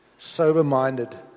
sober-minded